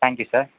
thank you sir